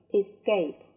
escape